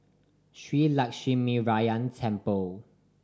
Shree Lakshminarayanan Temple